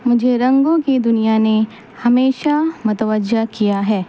مجھے رنگوں کی دنیا نے ہمیشہ متوجہ کیا ہے